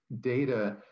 data